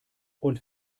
und